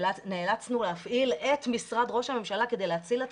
שנאלצנו להפעיל את משרד רוה"מ כדי להציל את